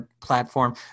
platform